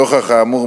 נוכח האמור,